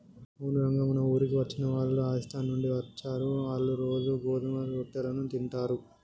అవును రంగ మన ఊరికి వచ్చిన వాళ్ళు రాజస్థాన్ నుండి అచ్చారు, ఆళ్ళ్ళు రోజూ గోధుమ రొట్టెలను తింటారు